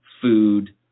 food